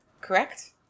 correct